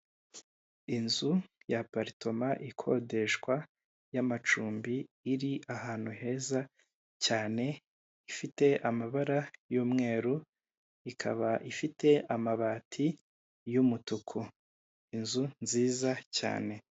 Inzu ya paritoma ikodeshwa y'amacumbi iri ahantu heza cyane ifite amabara y'umweru ikaba ifite amabati y'umutuku inzu nziza cyane.